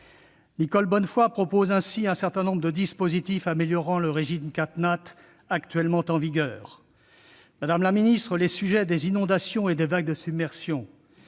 Nicole Bonnefoy propose ainsi un certain nombre de dispositifs améliorant le régime CatNat actuellement en vigueur. Madame la secrétaire d'État, les sujets des inondations et des vagues de submersion